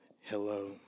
hello